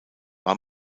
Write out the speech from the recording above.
war